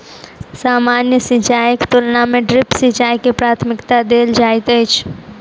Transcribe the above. सामान्य सिंचाईक तुलना मे ड्रिप सिंचाई के प्राथमिकता देल जाइत अछि